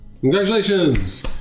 Congratulations